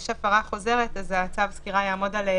יהיה מצב שאדם עושה הפרה חוזרת אלא אם כן